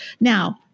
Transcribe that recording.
Now